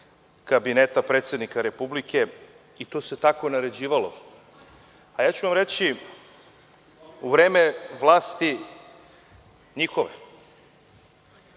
kabineta predsednika Republike i to se tako naređivalo. Ja ću vam reći, u vreme njihove